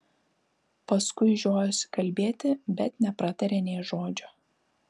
paskui žiojosi kalbėti bet nepratarė nė žodžio